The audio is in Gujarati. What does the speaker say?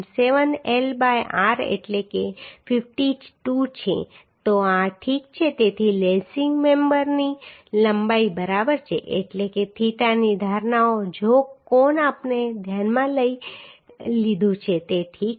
7 L બાય r એટલે કે 52 છે તો આ ઠીક છે તેથી લેસિંગ મેમ્બરની લંબાઈ બરાબર છે એટલે કે થીટાની ધારણાઓ ઝોક કોણ આપણે ધ્યાનમાં લીધું છે તે ઠીક છે